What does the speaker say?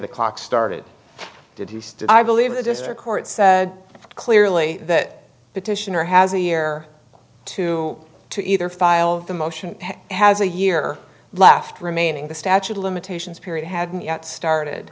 the clock started deduced i believe the district court said clearly that petitioner has a year to to either file the motion has a year left remaining the statute of limitations period hadn't yet started